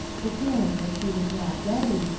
the feeling that she was not ready,